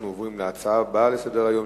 אנחנו עוברים להצעה הבאה לסדר-היום,